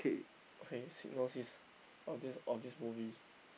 okay synopsis of this of this movie